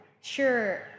Sure